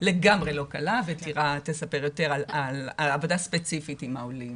לגמרי לא קלה וטירה תספר יותר על העבודה הספציפית עם העולים.